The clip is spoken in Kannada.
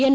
ಎನ್